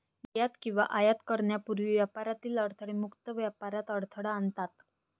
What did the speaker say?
निर्यात किंवा आयात करण्यापूर्वी व्यापारातील अडथळे मुक्त व्यापारात अडथळा आणतात